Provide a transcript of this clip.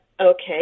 okay